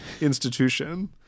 institution